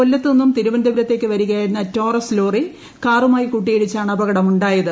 കൊല്ലത്തു നിന്നും തിരുവനന്തപുരത്തേയ്ക്ക് പ്രിരിക്കയായിരുന്ന ടോറസ്സ് ലോറി കാറുമായി കൂട്ടിയിടിച്ചാണ് അപകടം ഉണ്ടായത്